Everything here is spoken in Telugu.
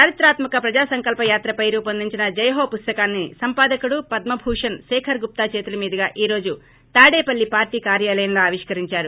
చారిత్రాత్మ క ప్రజా సంకల్ప యాత్ర పై రూపొందించిన జయహో పుస్తకాన్ని సంపాదకుడు పద్మ భూషణ్ శేఖర్ గుప్తా చేతుల మీదుగా ఈ రోజు తాడేపల్లి పార్టీ కార్యాలయంలో ఆవిష్కరించారు